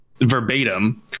verbatim